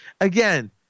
Again